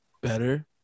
Better